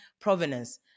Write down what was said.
provenance